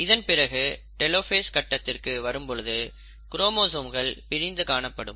இதன்பிறகு டெலோஃபேஸ் கட்டத்திற்கு வரும் பொழுது குரோமோசோம்கள் பிரிந்து காணப்படும்